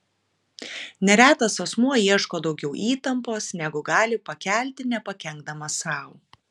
neretas asmuo ieško daugiau įtampos negu gali pakelti nepakenkdamas sau